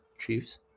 Chiefs